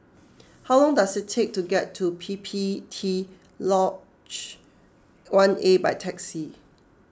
how long does it take to get to P P T Lodge one A by taxi